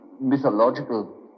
mythological